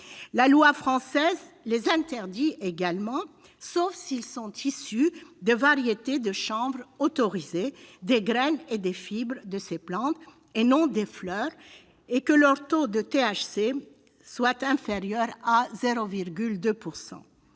la loi française interdit également ces produits, sauf s'ils sont issus de variétés de chanvre autorisées, des graines et des fibres de ces plantes, et non des fleurs, et que leur taux de THC est inférieur à 0,2 %.